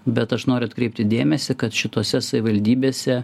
bet aš noriu atkreipti dėmesį kad šitose savivaldybėse